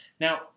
Now